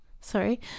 sorry